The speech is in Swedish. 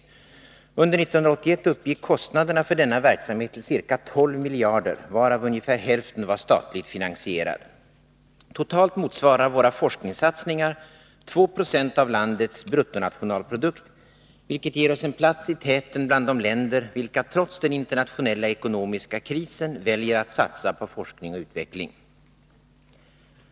Under 1981 uppgick kostnaderna för denna verksamhet till ca 12 miljarder varav ungefär hälften var statligt finansierad. Totalt motsvarar våra forskningssatsningar 2 96 av landets BNP, vilket ger oss en plats i täten bland de länder vilka trots den internationella ekonomiska krisen väljer att satsa på forskning och utveckling.